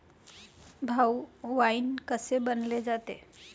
भाऊ, वाइन कसे बनवले जाते?